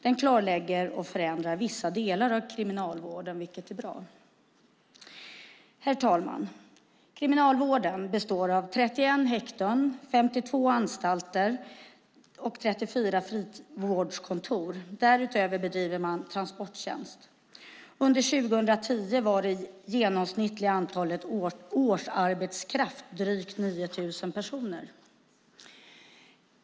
Den klarlägger och förändrar vissa delar av kriminalvården, vilket är bra. Herr talman! Kriminalvården består av 31 häkten, 52 anstalter och 34 frivårdskontor. Därutöver bedriver man transporttjänst. Under 2010 var det genomsnittliga antalet årsarbetskrafter drygt 9 000 personer.